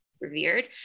revered